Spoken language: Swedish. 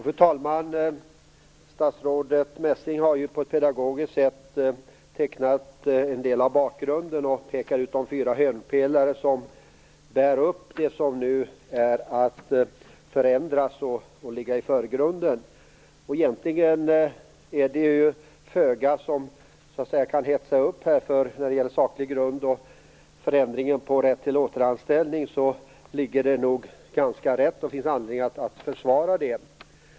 Fru talman! Statsrådet Messing har på ett pedagogiskt sätt tecknat en del av bakgrunden. Hon pekar ut de fyra hörnpelare som bär upp det som nu skall förändras och vara i förgrunden. Egentligen är det föga som kan hetsa upp. När det gäller saklig grund och förändring av rätt till återanställning ligger det nog ganska rätt, och det finns nog anledning att försvara det.